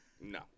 no